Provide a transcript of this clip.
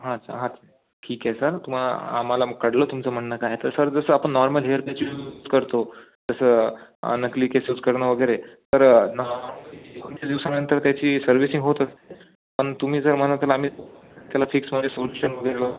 हां अच्छा हां ठीक आहे सर तुमा आम्हाला म कळलं तुमचं म्हणणं काय आहे तर सर जसं आपण नॉर्मल हेअर पॅच यूज करतो जसं नकली केस यूज करणं वगैरे तर दिवसांनंतर त्याची सर्विसिंग होत असते पण तुम्ही जर म्हणाल तर आम्ही त्याला फिक्समध्ये सोलूशन वगैरे लावू